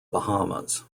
bahamas